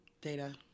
Data